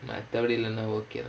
மத்தபடி இல்லனா:maththapadi illanaa okay